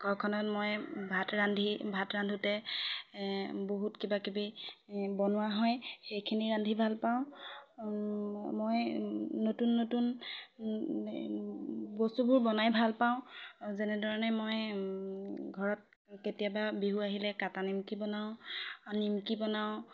ঘৰখনত মই ভাত ৰান্ধি ভাত ৰান্ধোতে বহুত কিবাকিবি বনোৱা হয় সেইখিনি ৰান্ধি ভাল পাওঁ মই নতুন নতুন বস্তুবোৰ বনাই ভাল পাওঁ যেনেধৰণে মই ঘৰত কেতিয়াবা বিহু আহিলে কাটা নিমকি বনাওঁ নিমকি বনাওঁ